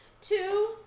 two